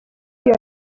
iyo